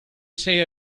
ser